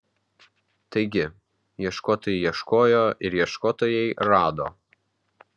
taigi ieškotojai ieškojo ir ieškotojai rado